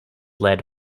led